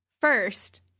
first